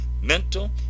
mental